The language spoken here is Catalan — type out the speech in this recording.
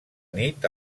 nit